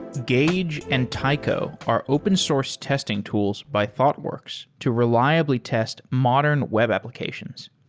gauge and taiko are open source testing tools by thoughtworks to reliably test modern web applications.